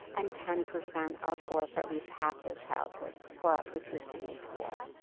and ten percent are poor for at least half their childhood or are persistently poor.